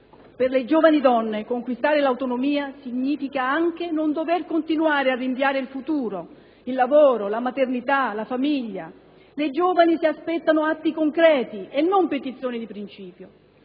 Per le giovani donne conquistare l'autonomia significa anche non dover continuare a rinviare il futuro, il lavoro, la maternità, la famiglia. Le giovani si aspettano atti concreti e non petizioni di principio.